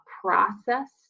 process